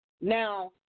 Now